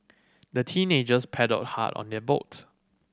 the teenagers paddled hard on their boat